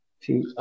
see